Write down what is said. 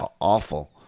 awful